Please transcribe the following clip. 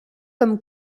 comme